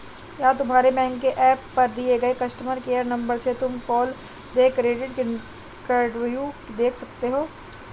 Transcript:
क्या तुम्हारे बैंक के एप पर दिए गए कस्टमर केयर नंबर से तुम कुल देय क्रेडिट कार्डव्यू देख सकते हो?